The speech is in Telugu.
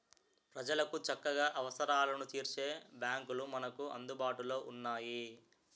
ప్రజలకు చక్కగా అవసరాలను తీర్చే బాంకులు మనకు అందుబాటులో ఉన్నాయి